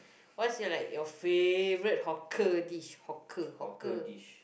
what's your like your favourite hawker dish hawker hawker